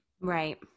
right